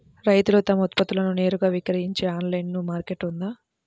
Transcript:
రైతులు తమ ఉత్పత్తులను నేరుగా విక్రయించే ఆన్లైను మార్కెట్ ఉందా?